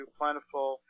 plentiful